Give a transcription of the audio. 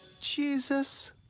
Jesus